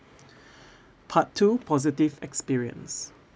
part two positive experience